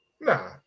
nah